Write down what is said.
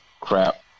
Crap